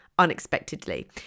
unexpectedly